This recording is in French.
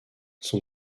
son